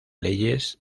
leyes